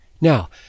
now